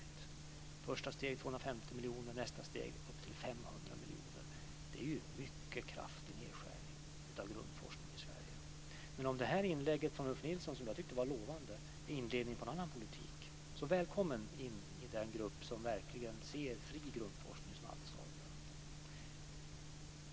Det första steget är 250 miljoner. Nästa steg är upp till 500 miljoner. Det är en mycket kraftig nedskärning av grundforskningen i Sverige. Men om detta inlägg från Ulf Nilsson, som jag tyckte var lovande, är inledningen på en annan politik så säger jag välkommen in i den grupp som verkligen ser fri grundforskning som alldeles avgörande.